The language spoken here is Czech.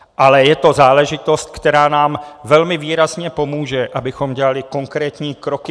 Ale je to záležitost, která nám velmi výrazně pomůže, abychom dělali v lese konkrétní kroky.